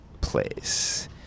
place